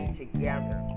together